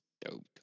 dope